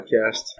podcast